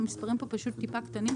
המספרים פה פשוט קצת קטנים,